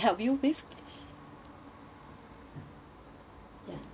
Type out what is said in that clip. ya ya